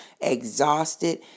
exhausted